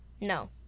No